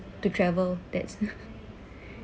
to travel that's